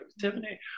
tiffany